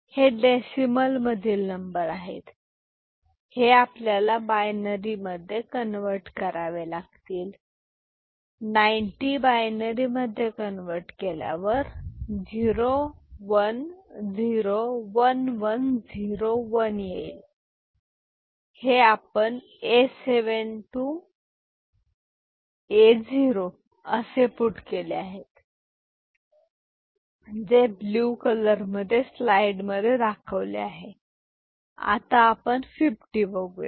हे डेसिमल मधील नंबर आहेत ते आपल्याला बायनरी मध्ये कन्व्हर्ट करावे लागतील 90 बायनरी मध्ये कन्व्हर्ट केल्यावर 0101101 येईल हे आपण A 7 to A0 असे पुट केले आहेत जे ब्ल्यू कलर मध्ये दाखवले आहे आता आपण 50 बघूया